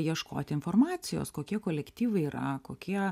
ieškoti informacijos kokie kolektyvai yra kokie